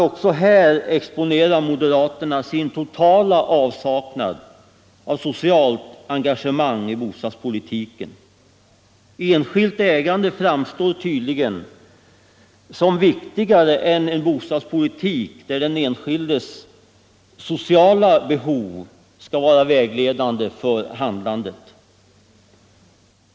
Också här exponerar moderaterna sin totala avsaknad av socialt engagemang i bostadspolitiken. Enskilt ägande framstår tydligen som viktigare än en bostadspolitik där den enskildes sociala behov skall vägleda handlandet.